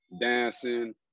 dancing